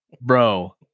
Bro